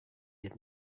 had